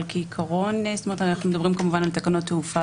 כעיקרון אנו מדברים על תקנות תעופה